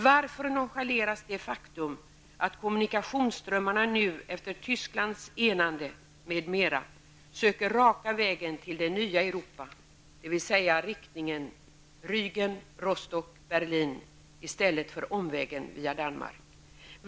Varför nonchaleras de faktum att kommunikationsströmmarna nu, efter Tysklands enande m.m., söker sig raka vägen till det nya Europa, dvs. i riktningen Rügen--Rostock--Berlin, i stället för omvägen via Danmark?